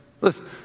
Listen